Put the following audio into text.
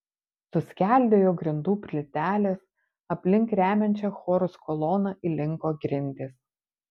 suskeldėjo grindų plytelės aplink remiančią chorus koloną įlinko grindys